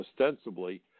ostensibly